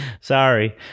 Sorry